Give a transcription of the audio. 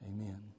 Amen